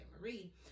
Marie